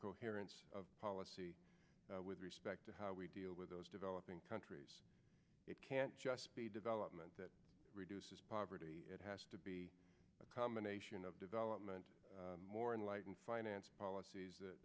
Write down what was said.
coherence of policy with respect to how we deal with those developing countries it can't just be development that reduces poverty it has to be a combination of development more enlightened finance policies